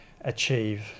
achieve